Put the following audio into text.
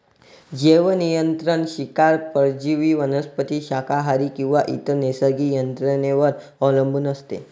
जैवनियंत्रण शिकार परजीवी वनस्पती शाकाहारी किंवा इतर नैसर्गिक यंत्रणेवर अवलंबून असते